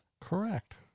Correct